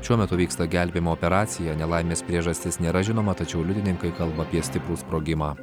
šiuo metu vyksta gelbėjimo operacija nelaimės priežastis nėra žinoma tačiau liudininkai kalba apie stiprų sprogimą